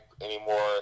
anymore